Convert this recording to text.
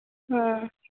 ᱦᱮᱸ